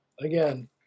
Again